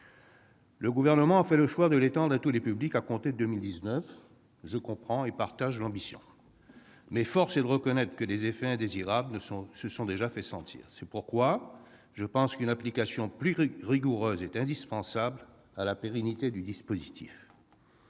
Le Gouvernement a fait le choix de l'étendre à tous les publics à compter de 2019. Je comprends et partage cette ambition, mais force est de reconnaître que des effets indésirables se sont déjà fait sentir ; c'est pourquoi je pense qu'une application plus rigoureuse est indispensable à la pérennité du dispositif.